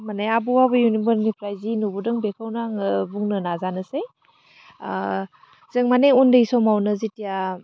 माने आबौ आबै मोननिफ्राय जि नुबोदों बेखौनो आङो बुंनो नाजानोसै जों मानि उन्दै समावनो जिथिया